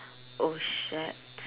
oh shat